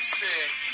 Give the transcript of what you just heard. sick